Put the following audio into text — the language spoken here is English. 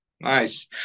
Nice